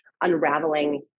unraveling